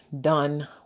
done